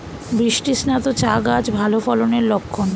বৃষ্টিস্নাত চা গাছ ভালো ফলনের লক্ষন